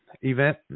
event